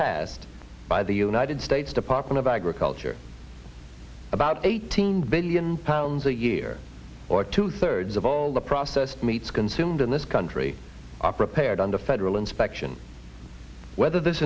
passed by the united states department of agriculture about eighteen billion pounds a year or two thirds of all the processed meats consumed in this country are prepared under federal inspection whether this